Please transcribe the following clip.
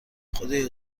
خدایا